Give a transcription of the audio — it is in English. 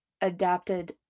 adapted